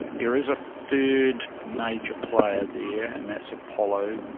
there is a third major player there and that's apollo,